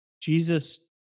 Jesus